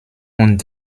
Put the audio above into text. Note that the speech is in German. und